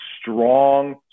strong